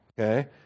okay